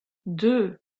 deux